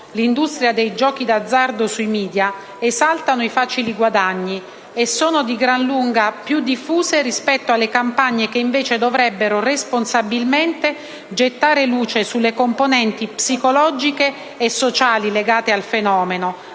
l'industria dei giochi d'azzardo sui *media* esaltano i facili guadagni e sono di gran lunga più diffuse rispetto alle campagne che invece dovrebbero, responsabilmente, gettare luce sulle componenti psicologiche e sociali legate al fenomeno,